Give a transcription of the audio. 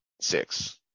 six